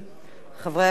חברי הכנסת,